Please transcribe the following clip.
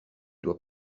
doit